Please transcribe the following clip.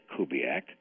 Kubiak